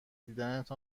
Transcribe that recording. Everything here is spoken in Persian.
دیدنت